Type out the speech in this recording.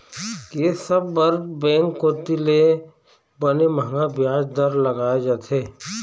ये सब बर बेंक कोती ले बने मंहगा बियाज दर लगाय जाथे